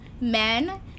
men